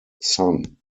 son